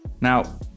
Now